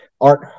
Art